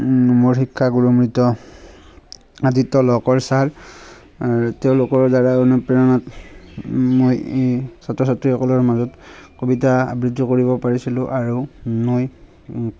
মোৰ শিক্ষাগুৰু মৃত আদিত্য লহকৰ ছাৰ তেওঁলোকৰ দ্বাৰা অনুপ্ৰেৰণাত মই এই ছাত্ৰ ছাত্ৰীসকলৰ মাজত কবিতা আবৃত্তি কৰিব পাৰিছিলোঁ আৰু মই